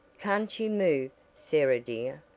can't you move, sarah dear?